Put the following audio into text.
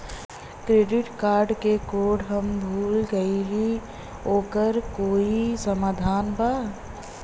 Credit card क code हम भूल गइली ओकर कोई समाधान बा?